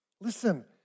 Listen